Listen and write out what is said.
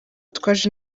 twaje